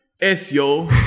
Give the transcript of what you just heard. S-yo